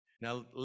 Now